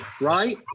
right